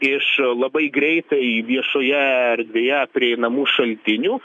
iš labai greitai viešoje erdvėje prieinamų šaltinių